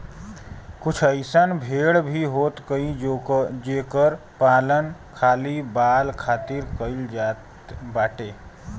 कुछ अइसन भेड़ भी होत हई जेकर पालन खाली बाल खातिर कईल जात बाटे